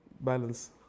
balance